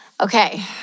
Okay